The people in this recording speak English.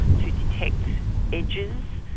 to detect edges,